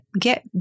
get